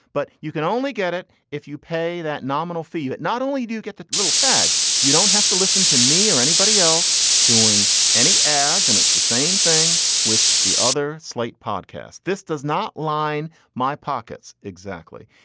but you can only get it if you pay that nominal fee. you not only do get that little tag, you don't have to listen to me or anybody else doing any ads. and it's the same thing with the other slate podcast. this does not line my pockets. exactly.